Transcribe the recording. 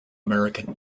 american